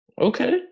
Okay